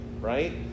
right